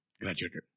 Graduated